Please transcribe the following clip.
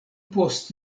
post